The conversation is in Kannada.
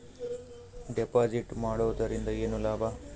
ಡೆಪಾಜಿಟ್ ಮಾಡುದರಿಂದ ಏನು ಲಾಭ?